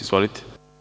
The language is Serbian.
Izvolite.